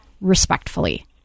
respectfully